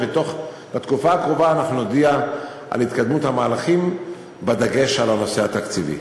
שבתקופה הקרובה אנחנו נודיע על התקדמות המהלכים בדגש על הנושא התקציבי.